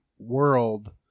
world